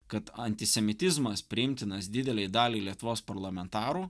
kad antisemitizmas priimtinas didelei daliai lietuvos parlamentarų